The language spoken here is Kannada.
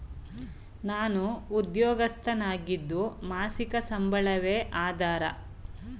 ನಾನು ಉದ್ಯೋಗಸ್ಥನಾಗಿದ್ದು ಮಾಸಿಕ ಸಂಬಳವೇ ಆಧಾರ ನಾನು ಸಾಲ ಪಡೆಯಲು ಅರ್ಹನೇ?